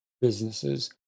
businesses